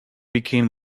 became